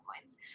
coins